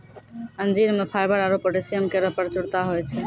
अंजीर म फाइबर आरु पोटैशियम केरो प्रचुरता होय छै